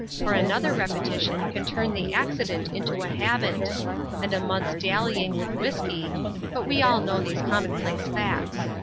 for another repetition can turn the accident into a habit and a month's dallying with whiskey but we all know these commonplace facts.